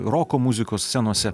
roko muzikos scenose